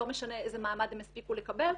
לא משנה איזה מעמד הן הספיקו לקבל,